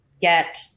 get